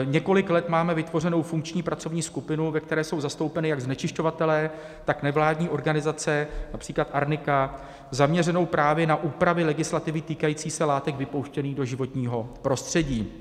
Několik let máme vytvořenou funkční pracovní skupinu, ve které jsou zastoupeni jak znečišťovatelé, tak nevládní organizace, například Arnika, zaměřenou právě na úpravy legislativy týkající se látek vypouštěných do životního prostředí.